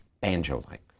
banjo-like